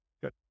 good